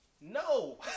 no